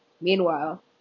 Meanwhile